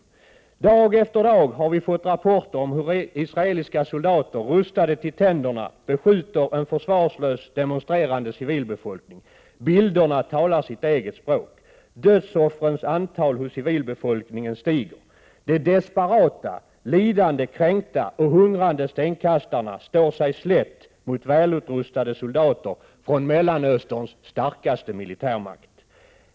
Dag efter dag har vi fått rapporter om hur israeliska soldater, rustade till tänderna, beskjuter en försvarslös demonstrerande civilbefolkning. Bilderna talar sitt eget språk. Dödsoffrens antal hos civilbefolkningen stiger. De desperata, lidande, kränkta och hungrande stenkastarna står sig slätt mot välutrustade soldater från Mellanösterns starkaste militärmakt.